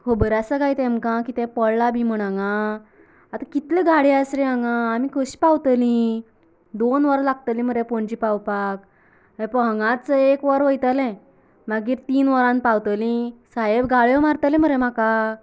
खबर आसा कांय तेंमकां कितें पडलां बी कांय म्हण हांगा आता कितल्यो गाडयो आसात रे हांगा आमी कशी पावतलीं दोन वरां लागतली मरे पणजी पावपाक हे पळय हांगाच एक वर वयतलें मागीर तीन वरांनी पावतली साहेब गाळयो मारतलो मरे म्हाका